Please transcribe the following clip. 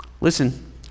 Listen